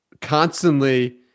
constantly